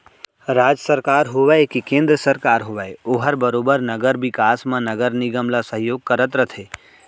राज सरकार होवय के केन्द्र सरकार होवय ओहर बरोबर नगर बिकास म नगर निगम ल सहयोग करत रथे